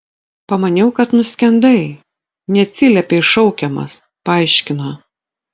pamaniau kad nuskendai neatsiliepei šaukiamas paaiškino